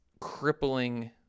crippling